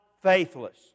faithless